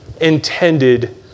intended